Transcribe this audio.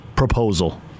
proposal